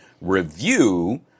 review